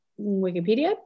Wikipedia